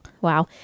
Wow